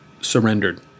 surrendered